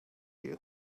you